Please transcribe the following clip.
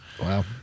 Wow